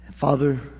Father